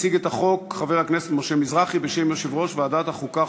מציג את החוק חבר הכנסת משה מזרחי בשם יושב-ראש ועדת החוקה,